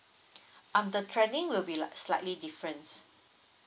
uh the training will be like slightly difference